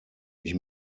ich